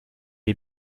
est